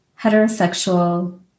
heterosexual